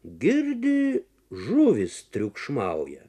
girdi žuvys triukšmauja